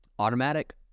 Automatic